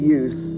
use